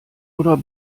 oder